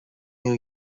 new